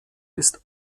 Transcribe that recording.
ist